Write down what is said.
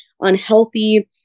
unhealthy